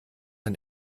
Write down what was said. ein